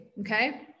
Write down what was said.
okay